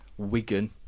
Wigan